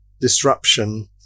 disruption